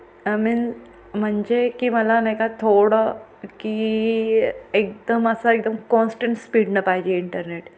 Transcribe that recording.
I mean म्हणजे की मला नाही का थोडं की एकदम असा एकदम कॉन्स्टंट स्पीडनं पाहिजे इंटरनेट